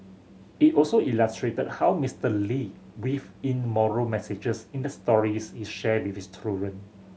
it also illustrated how Mister Lee weaved in moral messages in the stories he shared with his children